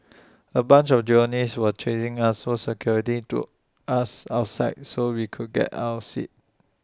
A bunch of journalists were chasing us so security took us outside so we could get our seats